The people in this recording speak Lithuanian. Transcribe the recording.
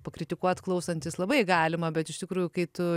pakritikuot klausantis labai galima bet iš tikrųjų kai tu